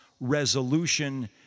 resolution